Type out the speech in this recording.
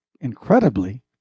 incredibly